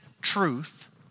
truth